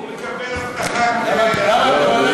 הוא מקבל הבטחת הכנסה, על הר-הבית.